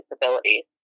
disabilities